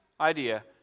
idea